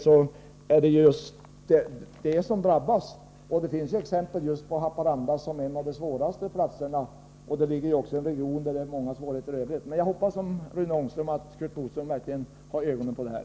Det är just de som drabbas. Det finns exempel som visar att just Haparanda är en av de svåraste platserna, och det ligger ju i en region där det också i övrigt finns många svårigheter. Men jag hoppas som Rune Ångström att Curt Boström verkligen håller ögonen på det här.